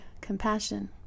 compassion